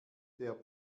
der